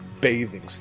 bathing